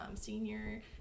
senior